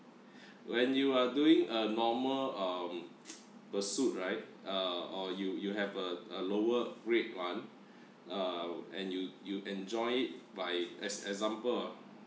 when you are doing a normal um pursuit right uh or you you have a a lower rate one uh and you you enjoy it by as example